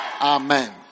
Amen